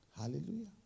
Hallelujah